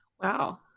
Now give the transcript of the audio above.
wow